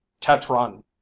Tetron